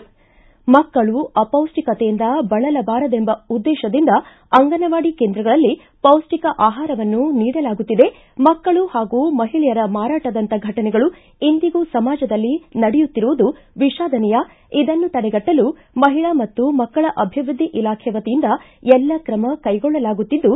ಮಕ್ಕಳು ಅಪೌಷ್ಷಿಕತೆಯಿಂದ ಬಳಲಬಾರದೆಂಬ ಉದ್ದೇಶದಿಂದ ಅಂಗನವಾಡಿ ಕೇಂದ್ರಗಳಲ್ಲಿ ಪೌಷ್ವಿಕ ಆಹಾರವನ್ನು ನೀಡಲಾಗುತ್ತಿದೆ ಮಕ್ಕಳು ಹಾಗೂ ಮಹಿಳೆಯರ ಮಾರಾಟದಂತ ಘಟನೆಗಳು ಇಂದಿಗೂ ಸಮಾಜದಲ್ಲಿ ನಡೆಯುತ್ತಿರುವುದು ವಿಷಾದನೀಯ ಇದನ್ನು ತಡೆಗಟ್ಟಲು ಮಹಿಳಾ ಮತ್ತು ಮಕ್ಕಳ ಅಭಿವೃದ್ದಿ ಇಲಾಖೆಯ ವತಿಯಿಂದ ಎಲ್ಲ ತ್ರಮ ಕೈಗೊಳ್ಳಲಾಗುತ್ತಿದ್ದು